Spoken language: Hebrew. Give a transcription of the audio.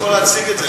אני יכול להציג את זה.